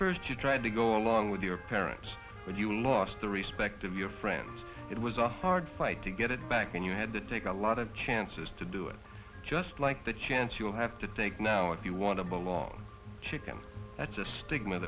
first you tried to go along with your parents but you lost the respect of your friends it was a hard fight to get it back and you had to take a lot of chances to do it just like the chance you'll have to think now if you want to belong to come that's a stigma